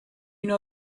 know